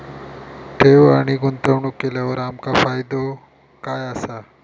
ठेव आणि गुंतवणूक केल्यार आमका फायदो काय आसा?